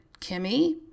Kimmy